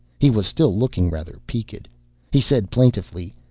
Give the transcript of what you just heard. he was still looking rather peaked. he said plaintively,